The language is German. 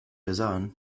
versahen